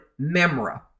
memra